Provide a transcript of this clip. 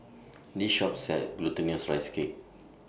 This Shop sells Glutinous Rice Cake